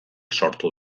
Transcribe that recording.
sortu